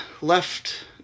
left